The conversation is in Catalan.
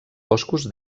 boscos